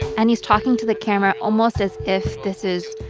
and he's talking to the camera almost as if this is,